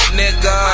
nigga